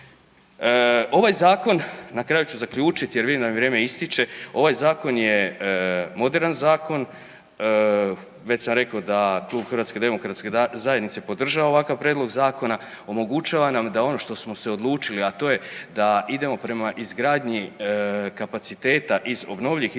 Ovaj zakon, na kraju ću zaključit jer vidim da mi vrijeme ističe, ovaj zakon je moderan zakon, već sam rekao da Klub HDZ-a podržava ovakav prijedlog zakona, omogućava nam da ono što smo se odlučili, a to je da idemo prema izgradnji kapaciteta iz obnovljivih izvora